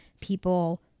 people